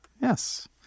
Yes